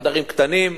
חדרים קטנים,